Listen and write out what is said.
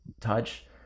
touch